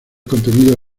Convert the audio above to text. contenido